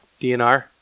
dnr